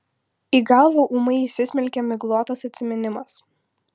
į galvą ūmai įsismelkia miglotas atsiminimas